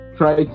try